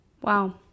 Wow